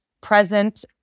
present